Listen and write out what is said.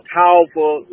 powerful